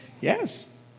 Yes